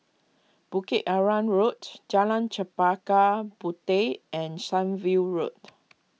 Bukit Arang Road Jalan Chempaka Puteh and Sunview Road